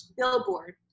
Billboard